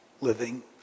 living